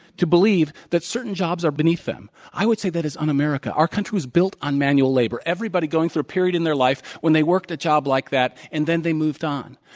to believe that certain jobs are beneath them. i would say that is un-american. our country is built on manual labor, everybody going through a period in their life when they worked a job like that, and then they moved on.